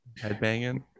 Headbanging